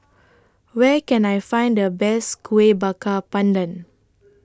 Where Can I Find The Best Kueh Bakar Pandan